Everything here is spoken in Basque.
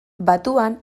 batuan